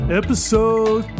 episode